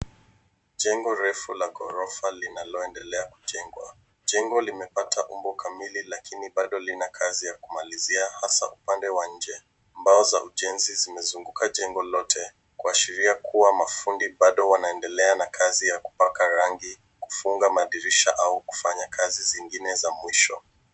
Jengo refu la ghorofa linaloendelea kujengwa. Jengo limepata umbo kamili lakini bado lina kazi ya kumalizia hasa upande wa nje. Mbao za ujenzi zimezunguka jengo lote kuashiria kuwa mafundi bado wanaendelea na kazi ya kupaka rangi , kufunga madirisha au kufanya kazi zingine za mwisho.